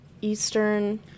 eastern